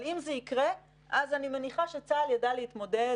אני מניחה שצה"ל ידע להתמודד,